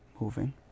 moving